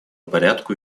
порядку